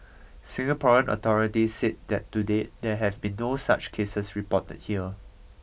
Singaporean authority said that to date there have been no such cases reported here